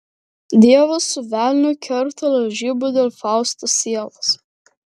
dievas su velniu kerta lažybų dėl fausto sielos